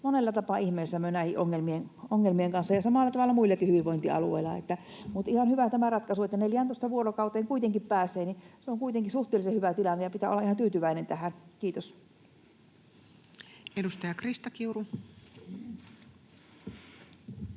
monella tapaa ihmeissämme, näiden ongelmien kanssa, ja samalla tavalla muillakin hyvinvointialueilla. Mutta on ihan hyvä tämä ratkaisu, että 14 vuorokauteen kuitenkin pääsee. Se on kuitenkin suhteellisen hyvä tilanne, ja pitää olla ihan tyytyväinen tähän. — Kiitos. [Speech 225]